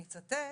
אני אצטט,